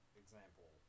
example